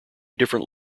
different